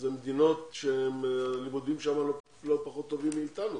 אלה מדינות שהלימודים שם לא פחות טובים מאיתנו